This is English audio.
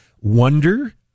wonder